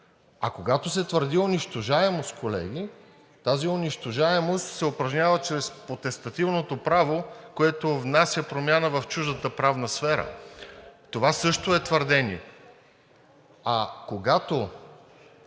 А когато се твърди унищожаемост, колеги, тази унищожаемост се упражнява чрез потестативното право, което внася промяна в чуждата правна сфера. Това също е твърдение.